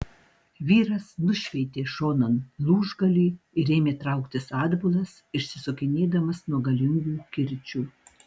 vyras nušveitė šonan lūžgalį ir ėmė trauktis atbulas išsisukinėdamas nuo galingų kirčių